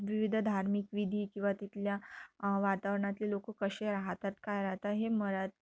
विविध धार्मिक विधी किंवा तिथल्या वातावरणातले लोकं कसे राहतात काय राहतात हे मरा